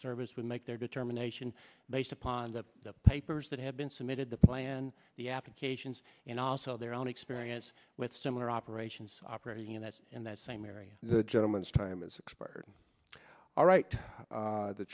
service would make their determination based upon the papers that have been submitted the plan the applications and also their own experience with similar operations operating in that in that same area the gentleman's time is expired alright